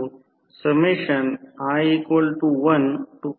तर हे प्रत्यक्षात हे Z Ω आहे ते Ω आहे आणि हे Ω आहे